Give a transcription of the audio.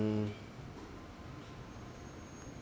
mm